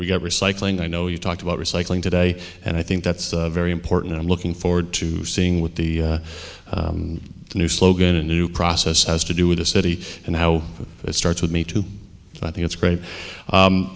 got recycling i know you talked about recycling today and i think that's very important i'm looking forward to seeing with the new slogan a new process has to do with the city and how it starts with me too i think it's great